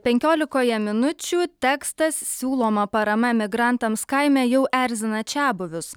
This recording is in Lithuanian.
penkiolikoje minučių tekstas siūloma parama emigrantams kaime jau erzina čiabuvius